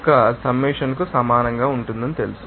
యొక్క సమ్మషన్కు సమానంగా ఉంటుందని తెలుసు